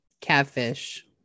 Catfish